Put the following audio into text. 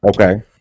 Okay